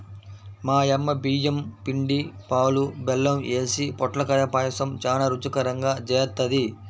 మా యమ్మ బియ్యం పిండి, పాలు, బెల్లం యేసి పొట్లకాయ పాయసం చానా రుచికరంగా జేత్తది